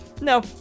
No